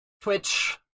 Twitch